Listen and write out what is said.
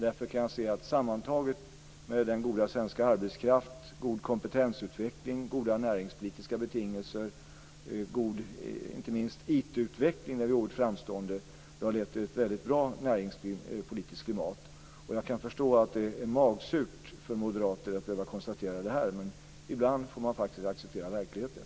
Därför kan jag se att sammantaget med en god svensk arbetskraft, god kompetensutveckling, goda näringpolitiska betingelser och inte minst IT utvecklingen, där vi är oerhört framstående, har lett till ett väldigt bra näringspolitiskt klimat. Jag kan förstå att det är magsurt för moderater att behöva konstatera det här, men ibland får man acceptera verkligheten.